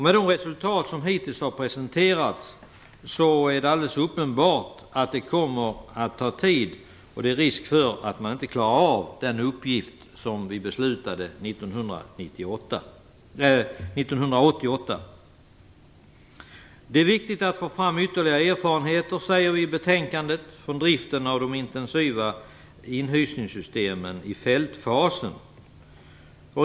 Med de resultat som hittills har presenterats är det alldeles uppenbart att det kommer att ta tid och att det är risk för att man inte klarar av den uppgift som vi fattade beslut om 1988. Det är viktigt att få fram ytterligare erfarenheter från driften av de intensiva inhysningssystemen i fältfasen, säger vi i betänkandet.